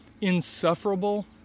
insufferable